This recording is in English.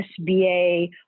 SBA